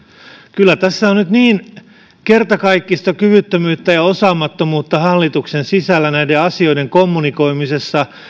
kyllä tässä on nyt niin kertakaikkista kyvyttömyyttä ja osaamattomuutta hallituksen sisällä näistä asioista kommunikoimisessa